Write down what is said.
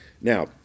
Now